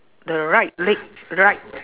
the right leg right